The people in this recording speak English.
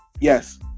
Yes